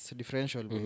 differential